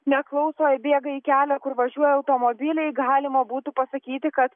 neklauso įbėga į kelią kur važiuoja automobiliai galima būtų pasakyti kad